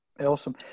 Awesome